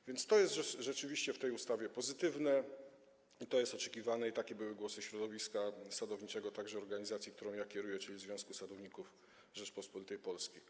A więc to jest rzeczywiście w tej ustawie pozytywne, to jest oczekiwane i takie były głosy środowiska sadowniczego, także organizacji, którą ja kieruję, czyli Związku Sadowników Rzeczpospolitej Polskiej.